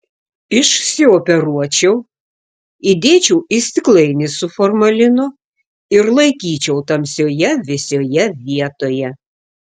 išsioperuočiau įdėčiau į stiklainį su formalinu ir laikyčiau tamsioje vėsioje vietoje